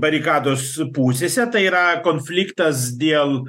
barikados pusėse tai yra konfliktas dėl